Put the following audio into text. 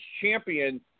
champion